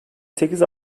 sekiz